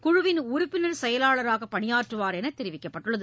குழுவின் உறுப்பினர் செயலாளராக பணியாற்றுவார் என தெரிவிக்கப்பட்டுள்ளது